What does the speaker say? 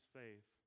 faith